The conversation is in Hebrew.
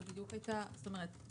כלומר,